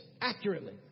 Accurately